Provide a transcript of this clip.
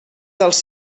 dels